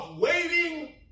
waiting